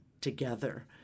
together